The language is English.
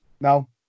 No